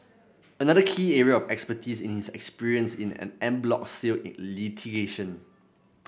another key area of expertise in his experience in en bloc sale litigation